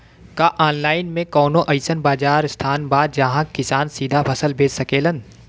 का आनलाइन मे कौनो अइसन बाजार स्थान बा जहाँ किसान सीधा फसल बेच सकेलन?